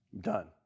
done